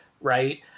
right